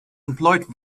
employed